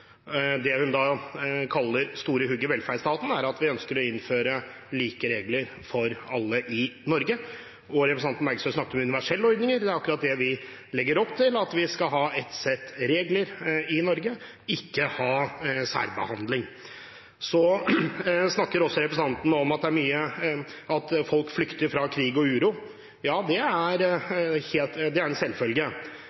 Det hun kaller «store hogg i velferden», er at vi ønsker å innføre like regler for alle i Norge. Representanten Bergstø snakket om universelle ordninger, det er akkurat det vi legger opp til – at vi skal ha ett sett regler i Norge og ikke ha særbehandling. Så snakker også representanten om at folk flykter fra krig og uro. Ja, det er